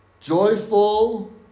joyful